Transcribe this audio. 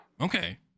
okay